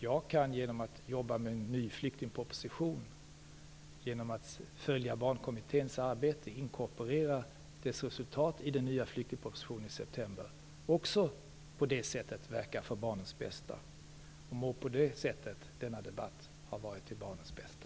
Jag kan genom att jobba med en ny flyktingproposition och genom att följa Barnkommitténs arbete samt inkorporera dess resultat i den nya flyktingpropositionen i september också verka för barnens bästa. Må på det sättet denna debatt ha varit till barnens bästa.